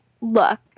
look